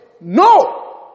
no